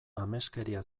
ameskeria